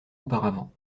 auparavant